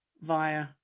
via